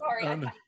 Sorry